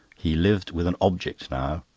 he lived with an object now,